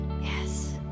yes